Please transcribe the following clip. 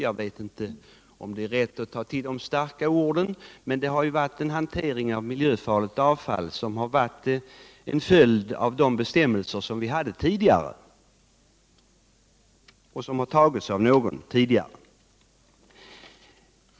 Jag vet inte om det är riktigt att ta till så starka ord, men den hantering med miljöfarligt avfall som har förekommit har ju varit en följd av de bestämmelser vi fick under den förra regeringens tid.